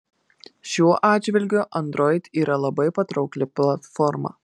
šiuo atžvilgiu android yra labai patraukli platforma